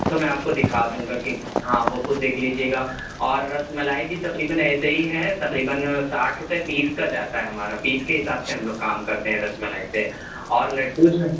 تو میں آپ کو دکھا دوں گا کہ ہاں وہ خود دیکھ لیجیے گا اور رس ملائی بھی تقریباً ایسے ہی ہے تقریباً ساٹھ روپئے پیس کا جاتا ہے ہمارا پیس کے حساب سے ہم لوگ کام کرتے ہیں رس ملائی پہ اور لڈو جو ہے